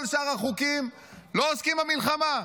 כל שאר החוקים לא עוסקים במלחמה.